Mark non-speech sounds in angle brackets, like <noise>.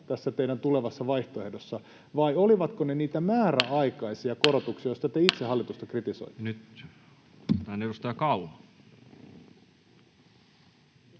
tässä teidän tulevassa vaihtoehdossanne, vai olivatko ne niitä ”määräaikaisia korotuksia”, <noise> joista te itse hallitusta kritisoitte? Nyt otetaan edustaja Kauma.